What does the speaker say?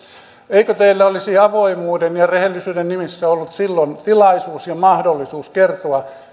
eikö teillä olisi avoimuuden ja rehellisyyden nimissä ollut silloin tilaisuus ja mahdollisuus kertoa